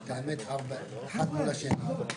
כי זה לא ישנה את התוצאות.